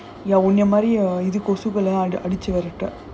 இந்த மாதிரி அடிச்சி விரட்டும்:indha maadhiri adichi virattum